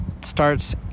starts